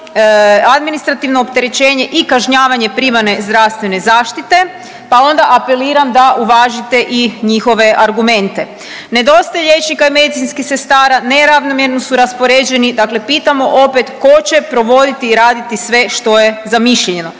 administrativno opterećenje i kažnjavanje primarne zdravstvene zaštite pa onda apeliram da uvažite i njihove argumente. Nedostaje liječnika i medicinskih sestara, neravnomjerno su raspoređeni. Dakle, pitamo opet tko će provoditi i raditi sve što je zamišljeno.